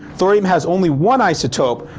thorium has only one isotope,